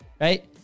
right